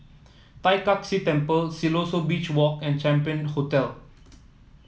Tai Kak Seah Temple Siloso Beach Walk and Champion Hotel